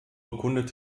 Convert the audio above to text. bekundet